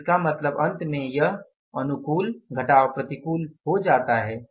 तो इसका मतलब अंत में यह अनुकूल प्रतिकूल हो जाता है